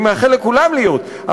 אני מאחל לכולם להיות,